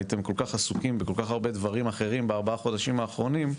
הייתם כל כך עסוקים בכל כך הרבה דברים אחרים בארבעה חודשים האחרונים,